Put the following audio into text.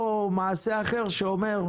או מעשה אחר שאומר: